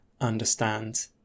understand